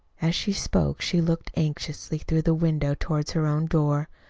as she spoke she looked anxiously through the window toward her own door.